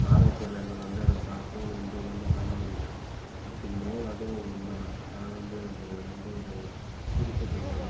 ஆராய்ச்சியாளர்கள் வந்து அதை பார்த்தும் ஒன்றும் ஒன்றும் பண்ண முடியல அப்படி என்னவோ அது ஒரு உண்மை தான் அதனால் வந்து அந்த ரொம்ப ஒரு பிடிச்ச கோவில் அது